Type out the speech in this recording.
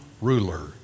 ruler